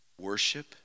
worship